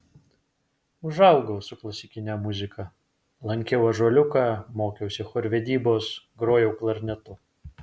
užaugau su klasikine muzika lankiau ąžuoliuką mokiausi chorvedybos grojau klarnetu